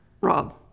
Rob